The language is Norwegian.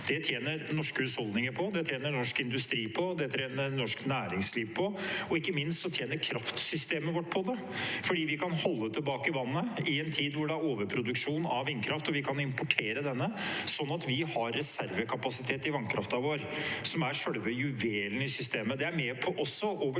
Det tjener norske husholdninger på, det tjener norsk industri på, og det tjener norsk næringsliv på. Ikke minst tjener kraftsystemet vårt på det fordi vi kan holde tilbake vannet i en tid hvor det er overproduksjon av vindkraft og vi kan importere denne, sånn at vi har reservekapasitet i vannkraften vår, som er selve juvelen i systemet. Det er også med